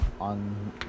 on